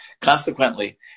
Consequently